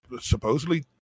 supposedly